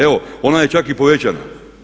Evo, ona je čak i povećana.